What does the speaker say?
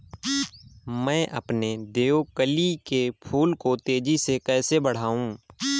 मैं अपने देवकली के फूल को तेजी से कैसे बढाऊं?